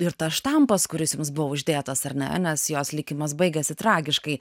ir tas štampas kuris jums buvo uždėtas ar ne nes jos likimas baigėsi tragiškai